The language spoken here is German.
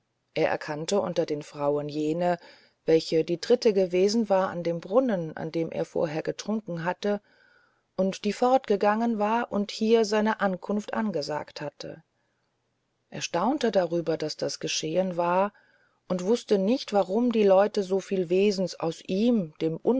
er erkannte unter den frauen jene welche die dritte gewesen an dem brunnen an dem er vorher getrunken hatte und die fortgegangen war und hier seine ankunft angesagt hatte er staunte darüber daß das geschehen war und er wußte nicht warum die leute so viel wesens aus ihm